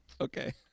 Okay